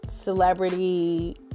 celebrity